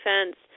defense